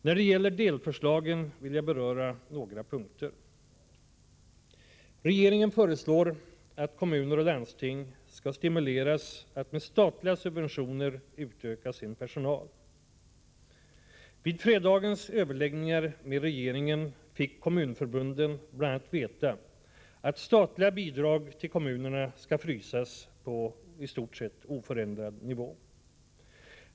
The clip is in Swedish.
När det gäller delförslagen vill jag beröra några punkter. Regeringen föreslår att kommuner och landsting skall stimuleras att med statliga subventioner utöka sin personal. I fredagens överläggningar med regeringen fick kommunförbunden bl.a. veta att statliga bidrag till kommunerna skall ”frysas” på i stort sett oförändrad nivå.